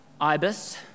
ibis